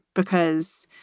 because